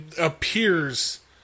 appears